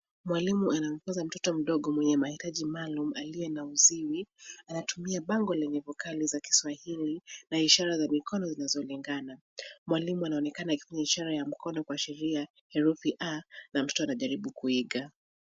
Mwalimu anamfunza mtoto mdogo mwenye mahitaji maalum, aliye na uziwi. Anatumia bango lenye vokali za kiswahili na ishara za mkono zinazolingana. Mwalimu anaonekana akifanya ishara ya mkono kuashiria herufi "a ", na mtoto anajaribu kuiga.